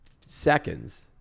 seconds